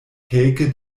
kelke